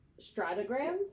stratograms